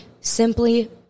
Simply